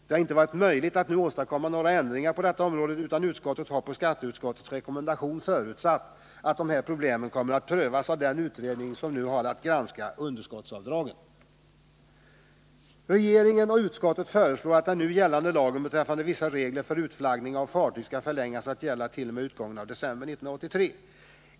Det har inte varit möjligt att nu åstadkomma några ändringar på detta område, utan utskottet har på skatteutskottets rekommendation förutsatt att de här problemen kommer att prövas av den utredning som har att granska underskottsavdragen. Regeringen och utskottet föreslår att den nu gällande lagen beträffande vissa regler för utflaggning av fartyg skall förlängas att gälla t.o.m. utgången av december 1983.